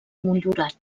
motllurat